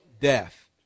death